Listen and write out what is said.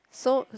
so